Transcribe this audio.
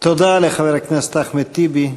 תודה לחבר הכנסת אחמד טיבי.